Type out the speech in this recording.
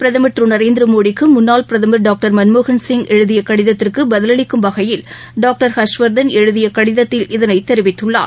பிரதமர் திரு நரேந்திர மோடிக்கு முன்னாள் பிரதமர் டாக்டர் மன்மோகன் சிங் எழுதிய கடித்திற்கு பதில் அளிக்கும் வகையில் டாக்டர் ஹர்ஷ்வர்த்தன் எழுதிய கடித்தத்தில் இதனை தெரிவித்துள்ளார்